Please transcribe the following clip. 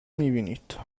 میبینید